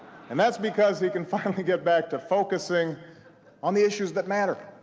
and that's because he can finally get back to focusing on the issues that matter,